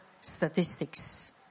statistics